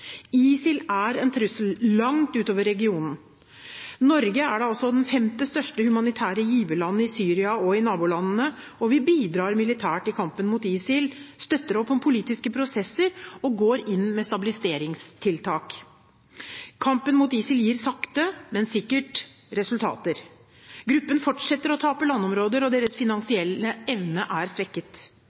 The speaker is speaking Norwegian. ISIL er en trussel langt utover regionen. Norge er femte største humanitære giverland i Syria og i nabolandene, og vi bidrar militært i kampen mot ISIL, støtter opp om politiske prosesser og går inn med stabiliseringstiltak. Kampen mot ISIL gir sakte, men sikkert resultater. Gruppen fortsetter å tape landområder, og deres finansielle evne er svekket.